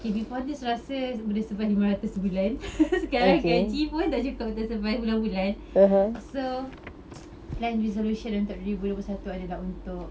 okay before this rasa boleh survive lima ratus sebulan sekarang gaji pun tak cukup untuk survive bulan-bulan so plan resolution untuk dua ribu dua puluh satu adalah untuk